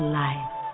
life